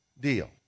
deal